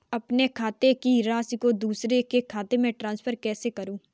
अपने खाते की राशि को दूसरे के खाते में ट्रांसफर कैसे करूँ?